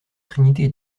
trinité